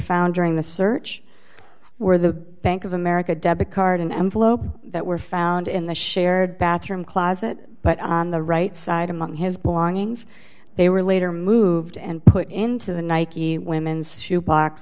found during the search were the bank of america debit card and envelope that were found in the shared bathroom closet but on the right side among his belongings they were later moved and put into the nike women's shoe box